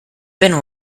been